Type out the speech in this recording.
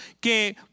Que